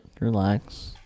relax